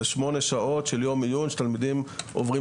זה שמונה שעות של יום עיון שתלמידים עוברים